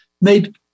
made